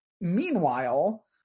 Meanwhile